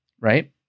Right